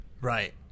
right